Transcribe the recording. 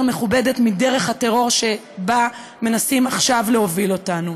מכובדת מדרך הטרור שבה מנסים עכשיו להוביל אותנו.